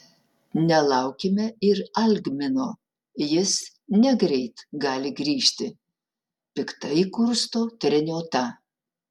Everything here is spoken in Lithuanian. nelaukime ir algmino jis negreit gali grįžti piktai kursto treniota